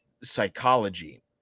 psychology